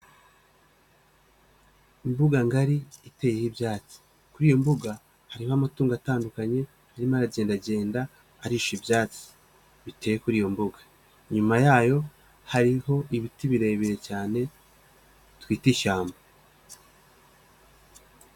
Imbuga ngari iteyeho ibyatsi, kuri iyo mbuga hari amatungo atandukanye arimo agenda agenda arisha ibyatsi biteye kuri iyo mbuga, inyuma yayo hariho ibiti birebire cyane twita ishyamba.